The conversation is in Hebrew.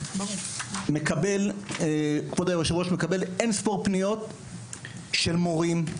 אני מקבל אינספור פניות לגבי מורים,